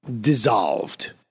dissolved